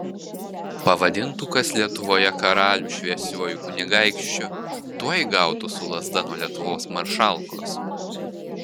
pavadintų kas lietuvoje karalių šviesiuoju kunigaikščiu tuoj gautų su lazda nuo lietuvos maršalkos